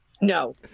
No